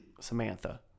Samantha